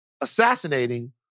assassinating